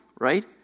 right